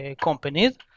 companies